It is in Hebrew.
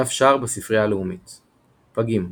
דף שער בספרייה הלאומית פגים,